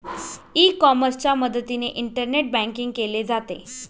E कॉमर्सच्या मदतीने internet banking केले जाते